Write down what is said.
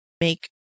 make